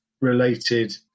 related